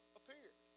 appeared